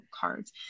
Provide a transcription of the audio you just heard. cards